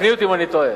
תקני אותי אם אני טועה.